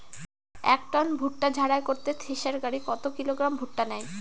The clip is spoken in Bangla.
এক টন ভুট্টা ঝাড়াই করতে থেসার গাড়ী কত কিলোগ্রাম ভুট্টা নেয়?